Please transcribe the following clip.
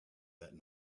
that